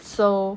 so